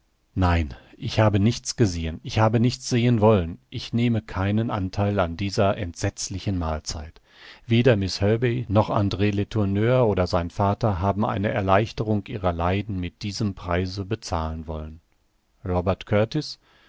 nein ich habe nichts gesehen ich habe nichts sehen wollen ich nehme keinen antheil an dieser entsetzlichen mahlzeit weder miß herbey noch andr letourneur oder sein vater haben eine erleichterung ihrer leiden mit diesem preise bezahlen wollen robert kurtis